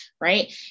right